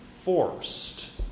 forced